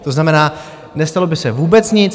To znamená, nestalo by se vůbec nic.